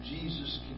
Jesus